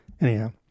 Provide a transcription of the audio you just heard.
Anyhow